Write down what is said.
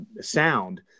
sound